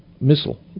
missile